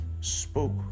spoke